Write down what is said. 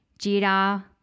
Jira